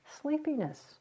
sleepiness